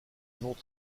vont